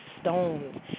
stones